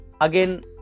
again